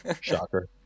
Shocker